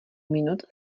minut